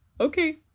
okay